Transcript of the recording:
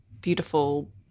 beautiful